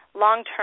long-term